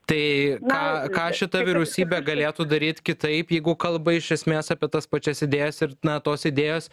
tai ką ką šita vyriausybė galėtų daryt kitaip jeigu kalba iš esmės apie tas pačias idėjas ir na tos idėjos